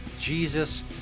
Jesus